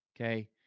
okay